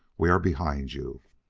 we are behind you.